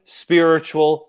spiritual